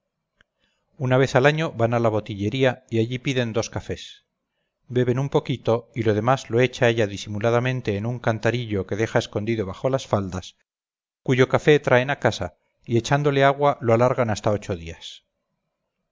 una vez al año van a la botillería y allí piden dos cafés beben un poquito y lo demás lo echa ella disimuladamente en un cantarillo que deja escondido bajo las faldas cuyo café traen a casa y echándole agua lo alargan hasta ocho días